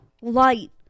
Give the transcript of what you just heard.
light